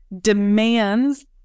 demands